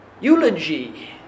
eulogy